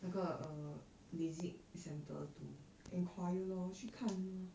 那个 err LASIK centre to enquire lor 去看 lor